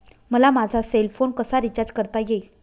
मला माझा cell phone कसा रिचार्ज करता येईल?